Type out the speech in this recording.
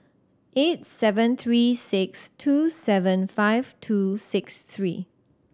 eight seven three six two seven five two six three